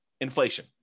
Inflation